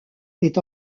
est